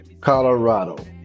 Colorado